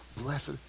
blessed